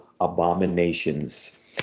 abominations